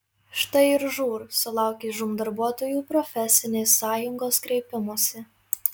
štai ir žūr sulaukė žūm darbuotojų profesinės sąjungos kreipimosi